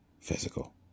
physical